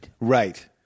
Right